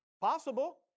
Possible